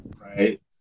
Right